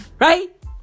right